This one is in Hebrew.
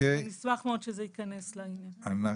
נשמח מאוד שזה ייכנס --- תודה.